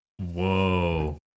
Whoa